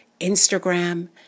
Instagram